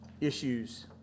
issues